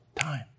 time